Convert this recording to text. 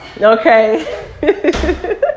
Okay